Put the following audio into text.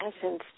essence